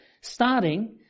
starting